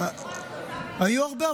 היו הרבה,